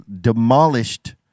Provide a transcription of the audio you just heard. demolished